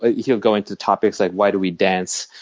ah he'll go into topics like why do we dance,